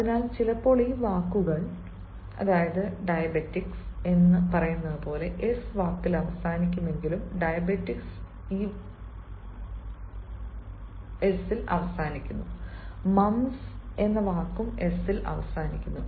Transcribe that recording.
അതിനാൽ ചിലപ്പോൾ ഈ വാക്കുകൾ "ഡയബറ്റിക്സ്" എന്ന് പറയുന്നതുപോലെ s വാക്കിൽ അവസാനിക്കുമെങ്കിലും "ഡയബറ്റിക്സ്" ഇത് അവസാനിക്കുന്നു mumps ഇത് s ലും അവസാനിക്കുന്നു